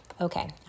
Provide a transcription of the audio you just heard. Okay